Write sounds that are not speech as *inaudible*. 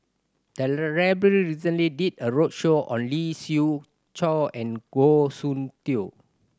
the *unintelligible* library recently did a roadshow on Lee Siew Choh and Goh Soon Tioe